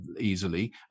easily